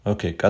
Okay